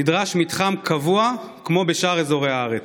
נדרש מתחם קבוע כמו בשאר אזורי הארץ.